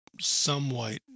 somewhat